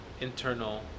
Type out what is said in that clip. internal